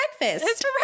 breakfast